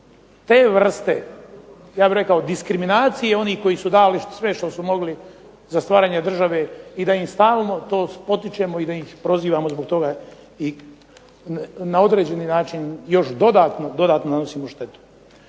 te vrste, ja bih rekao diskriminacije onih koji su dali sve što su mogli za stvaranje države i da im stalno to spotičemo i da ih prozivamo zbog toga i na određeni način još dodatno, dodatno nanosimo štetu.